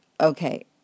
okay